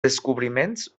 descobriments